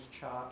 chart